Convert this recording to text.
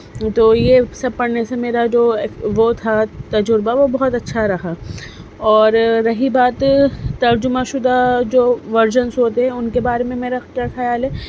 تو یہ سب پڑھنے سے میرا جو وہ تھا تجربہ وہ بہت اچھا رہا اور رہی بات ترجمہ شدہ جو ورژنس ہوتے ہیں ان کے بارے میں میرا کیا خیال ہے